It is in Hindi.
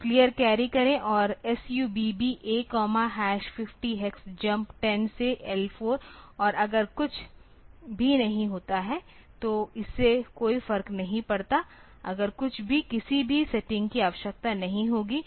तो क्लियर कैरी करें और SUBB A 50 हेक्स जम्प 10 से L4 और अगर कुछ भी नहीं होता है तो इससे कोई फर्क नहीं पड़ता अगर कुछ भी किसी भी सेटिंग की आवश्यकता नहीं होगी